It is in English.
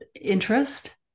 interest